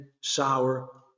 sour